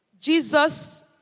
Jesus